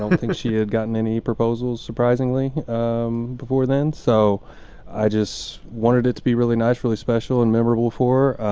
um think she had gotten any proposals surprisingly um before then. so i just wanted it to be really nice really special and memorable for